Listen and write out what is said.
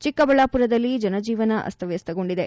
ಚಿಕ್ಕಬಳ್ಳಾಪುರದಲ್ಲಿ ಜನಜೀವನ ಅಸ್ತವ್ಯಸ್ತಗೊಂಡಿದೆ